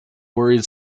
worried